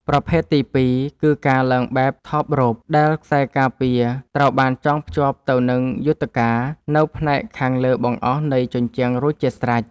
ប្រភេទទីពីរគឺ ការឡើងបែប ថបរ៉ូប ដែលខ្សែការពារត្រូវបានចងភ្ជាប់ទៅនឹងយុថ្ការនៅផ្នែកខាងលើបង្អស់នៃជញ្ជាំងរួចជាស្រេច។